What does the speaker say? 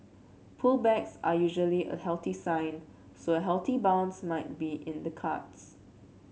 pull backs are usually a healthy sign so a healthy bounce might be in the cards